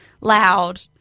loud